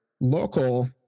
local